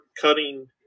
cutting